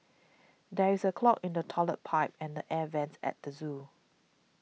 there is a clog in the Toilet Pipe and Air Vents at the zoo